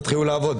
תתחילו לעבוד.